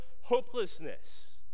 hopelessness